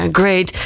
great